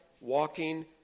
walking